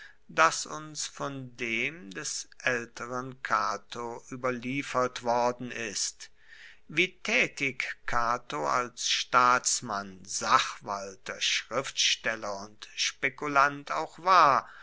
das uns von dem des aelteren cato ueberliefert worden ist wie taetig cato als staatsmann sachwalter schriftsteller und spekulant auch war